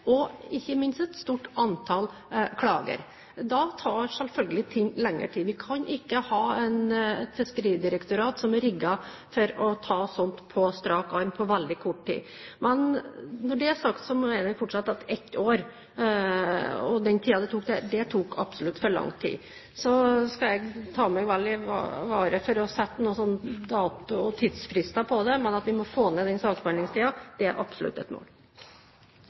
og ikke minst et stort antall klager. Da tar selvfølgelig ting lengre tid. Vi kan ikke ha et fiskeridirektorat som er rigget for å ta sånt på strak arm på veldig kort tid. Når det er sagt, må jeg fortsette med at ett år – den tiden det tok der – er absolutt for lang tid. Så skal jeg ta meg vel i vare for å sette dato- og tidsfrister på dette, men at vi får ned saksbehandlingstiden, er absolutt et mål.